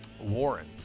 Warren